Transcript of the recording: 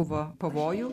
buvo pavojų